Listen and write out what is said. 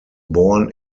born